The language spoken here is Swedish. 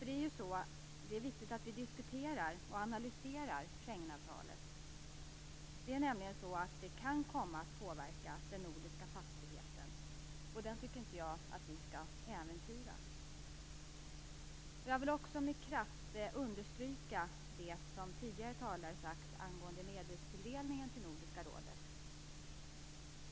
Det är viktigt att vi diskuterar och analyserar Schengenavtalet. Det kan nämligen komma att påverka den nordiska passfriheten. Den skall vi inte äventyra. Jag vill med kraft understryka det som tidigare talare har sagt angående medelstilldelningen till Nordiska rådet.